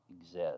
exist